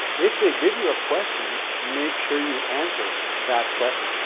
if they give you a question, make sure you answer that question.